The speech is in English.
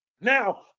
Now